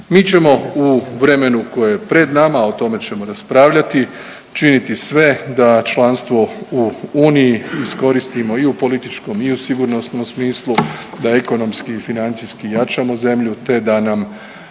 Mi ćemo u vremenu koje je pred nama, a o tome ćemo raspravljati, činit sve da članstvo u Uniji iskoristimo i u političkom i u sigurnosnom smislu, da ekonomski i financijski jačamo zemlju, te da nam